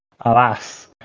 Alas